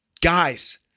guys